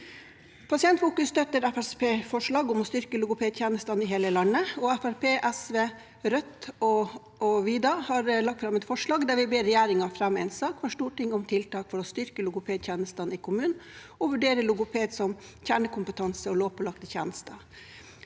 Pasientfokus støtter Fremskrittspartiets forslag om å styrke logopedtjenestene i hele landet, og vi, Fremskrittspartiet, SV og Rødt har lagt fram et forslag der vi ber regjeringen fremme en sak for Stortinget om tiltak for å styrke logopedtjenestene i kommunen og vurdere logoped som kjernekompetanse og lovpålagt tjeneste.